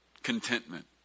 Contentment